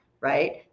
right